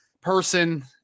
person